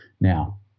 Now